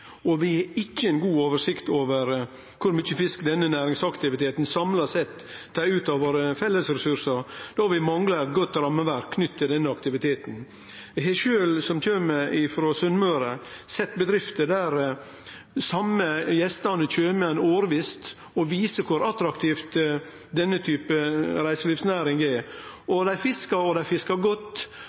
og avgrensa fiskeriressursane våre. Vi har ikkje god oversikt over kor mykje fisk denne næringsaktiviteten samla sett tar av dei felles ressursane våre, då vi manglar eit godt rammeverk knytt til denne aktiviteten. Eg, som kjem frå Sunnmøre, har sjølv sett bedrifter der dei same gjestane årvisst kjem igjen, noko som viser kor attraktiv denne typen reiselivsnæring er. Dei fiskar – og dei fiskar godt.